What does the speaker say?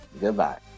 Goodbye